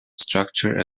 structure